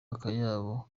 akayabo